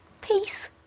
peace